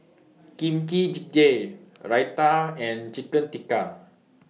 Kimchi Jjigae Raita and Chicken Tikka